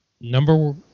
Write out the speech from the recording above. number